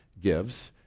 gives